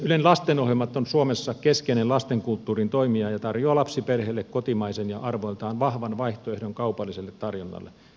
ylen lastenohjelmat on suomessa keskeinen lastenkulttuurin toimija ja tarjoaa lapsiperheille kotimaisen ja arvoiltaan vahvan vaihtoehdon kaupalliselle tarjonnalle